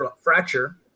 fracture